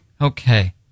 Okay